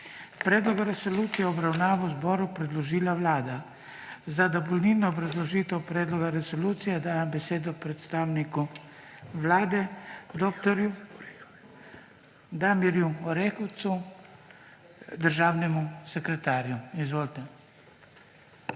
Predlog resolucije je v obravnavo zboru predložila Vlada. Za dopolnilno obrazložitev predloga resolucije dajem besedo predstavniku Vlade Damirju Orehovcu, državnemu sekretarju. Izvolite.